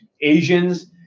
Asians